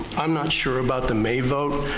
i'm not sure about the may vote.